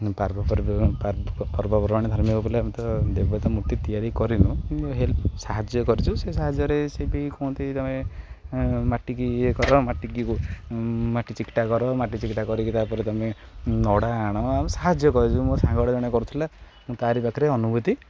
ପର୍ବର୍ ପର୍ବପର୍ବାଣୀ ଧାର୍ମିକ ପିଲେ ଆମେ ତ ଦେବତା ମୂର୍ତ୍ତି ତିଆରି କରିନୁ ହେଲ୍ପ ସାହାଯ୍ୟ କରିଛୁ ସେ ସାହାଯ୍ୟରେ ସେ ବି କୁହନ୍ତି ତୁମେ ମାଟିକି ଇଏ କର ମାଟିକି ମାଟି ଚିକଟା କର ମାଟି ଚିକଟା କରିକି ତାପରେ ତୁମେ ନଡ଼ା ଆଣ ଆମେ ସାହାଯ୍ୟ କରିଛୁ ମୋ ସାଙ୍ଗ ଜଣେ କରୁଥିଲା ତାରି ପାଖରେ ଅନୁଭୂତି